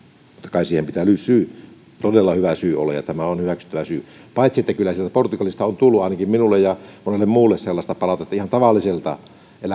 kai siihen pitää todella hyvä syy olla ja tämä on hyväksyttävä syy paitsi että kyllä sieltä portugalista on tullut ainakin minulle ja monelle muulle sellaista palautetta ihan tavallisilta